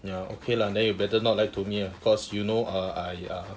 ya okay lah then you better not lie to me ah cause you know err I err